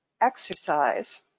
exercise